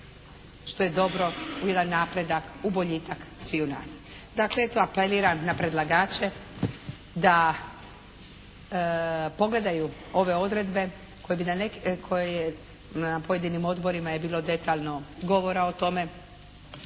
što je dobro, u jedan napredak, u boljitak sviju nas. Dakle eto, apeliram na predlagače da pogledaju ove odredbe koje, na pojedinim odborima je bilo detaljno govora o tome